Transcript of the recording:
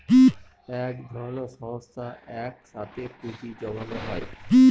এক ধরনের সংস্থায় এক সাথে পুঁজি জমানো হয়